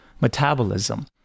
metabolism